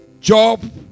job